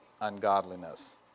ungodliness